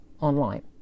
online